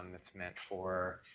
it's meant for